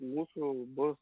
mūsų bus